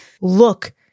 look